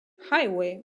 highway